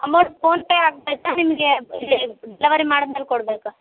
amount PhonePe ಆಗ್ತೈತಾ ನಿಮಗೆ delivery ಮಾಡದ್ಮೇಲೆ ಕೊಡಬೇಕಾ